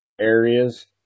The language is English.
areas